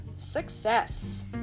Success